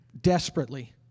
Desperately